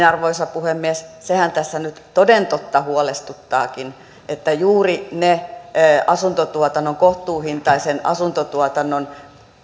arvoisa puhemies sehän tässä nyt toden totta huolestuttaakin että juuri ne kohtuuhintaisen asuntotuotannon